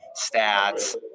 stats